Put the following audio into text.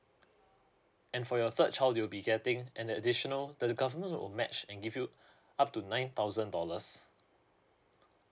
and for your third child you'll be getting an additional the the government will match and give you up to nine thousand dollars